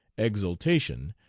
exultation!